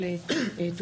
מבחינת האחריות,